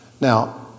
Now